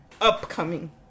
upcoming